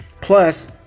Plus